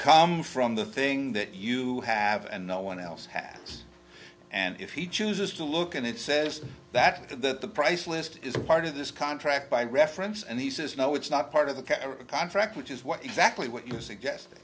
come from the thing that you have and no one else has and if he chooses to look and it says that the price list is a part of this contract by reference and he says no it's not part of the contract which is what exactly what you suggest